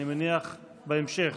אני מניח שבהמשך,